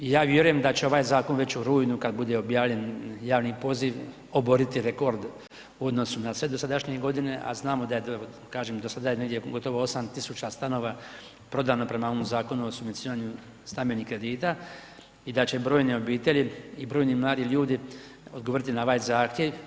Ja vjerujem da će ovaj zakon već u rujnu kad bude objavljen javni poziv, oboriti rekord u odnosu na sve dosadašnje godine, a znamo da je, kažem, do sada je negdje gotovo 8000 stanova prodano prema ovom Zakonu o subvencioniranju stambenih kredita i da će brojne obitelji i brojni mladi ljudi odgovoriti na ovaj zahtjev.